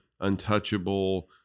untouchable